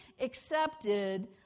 accepted